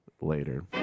Later